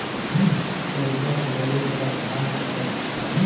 मूंगा चमेली सदाबहार हछेक